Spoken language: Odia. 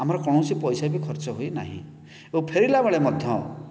ଆମର କୌଣସି ପଇସା ବି ଖର୍ଚ୍ଚ ହୋଇନାହିଁ ଓ ଫେରିଲା ବେଳେ ମଧ୍ୟ